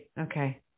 Okay